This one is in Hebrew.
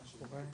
מי נמנע?